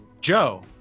Joe